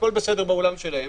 הכול בסדר בעולם שלהם.